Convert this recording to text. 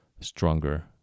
stronger